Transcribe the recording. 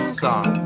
song